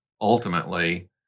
ultimately